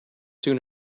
soon